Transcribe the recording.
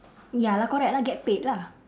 ya lah correct lah get paid lah